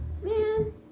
man